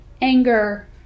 anger